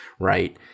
right